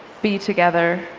be together,